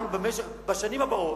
בשנים הבאות,